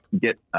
get